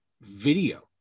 video